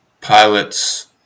pilots